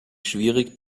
schwierig